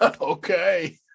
okay